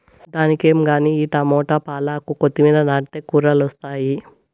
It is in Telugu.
దానికేం గానీ ఈ టమోట, పాలాకు, కొత్తిమీర నాటితే కూరలొస్తాయి